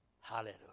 Hallelujah